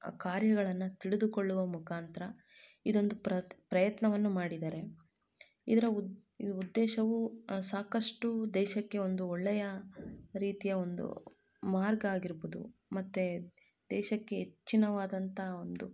ಕಾರ್ಯಗಳನ್ನು ತಿಳಿದುಕೊಳ್ಳುವ ಮುಖಾಂತರ ಇದೊಂದು ಪ್ರಯತ್ನವನ್ನು ಮಾಡಿದ್ದಾರೆ ಇದರ ಉದ್ ಇದು ಉದ್ದೇಶವು ಸಾಕಷ್ಟು ದೇಶಕ್ಕೆ ಒಂದು ಒಳ್ಳೆಯ ರೀತಿಯ ಒಂದು ಮಾರ್ಗ ಆಗಿರ್ಬೋದು ಮತ್ತು ದೇಶಕ್ಕೆ ಹೆಚ್ಚಿನವಾದಂತಹ ಒಂದು